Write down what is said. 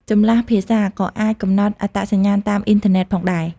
ចម្លាស់ភាសាក៏អាចកំណត់អត្តសញ្ញាណតាមអ៊ីនធឺណិតផងដែរ។